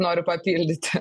noriu papildyti